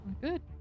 Good